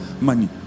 money